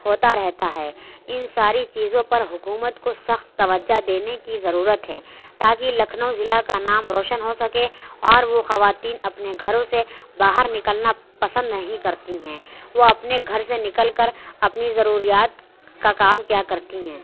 ہوتا رہتا ہے اِن ساری چیزوں پر حکومت کو سخت توجہ دینے کی ضرورت ہے تاکہ لکھنؤ ضلع کا نام روشن ہو سکے اور وہ خواتین اپنے گھروں سے باہر نکلنا پسند نہیں کرتی ہیں وہ اپنے گھر سے نکل کر اپنی ضروریات کا کام کیا کرتی ہیں